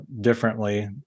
differently